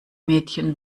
mädchen